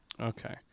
Okay